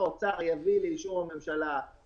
לציבור זה בדיוק זה.